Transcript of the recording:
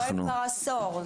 הוא זועק כבר עשור.